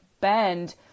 bend